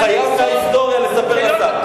חייב, מההיסטוריה, לספר לשר.